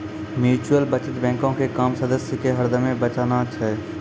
mutual बचत बैंको के काम सदस्य के हरदमे बचाना छै